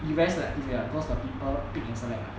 be very selective ah cause the people pick and select ah